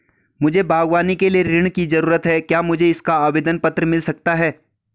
मुझे बागवानी के लिए ऋण की ज़रूरत है क्या मुझे इसका आवेदन पत्र मिल सकता है?